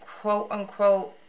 quote-unquote